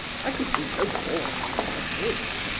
i could do no more than than i did.